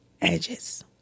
edges